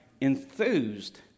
enthused